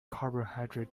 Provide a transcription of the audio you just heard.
carbohydrate